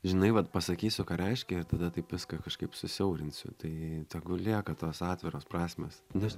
žinai vat pasakysiu ką reiškia ir tada taip viską kažkaip susiaurinsiu tai tegu lieka tos atviros prasmės nes